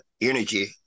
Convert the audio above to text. energy